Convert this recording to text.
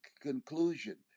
conclusion